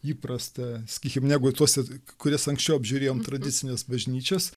įprasta sakykim negu tuose kurias anksčiau apžiūrėjom tradicines bažnyčias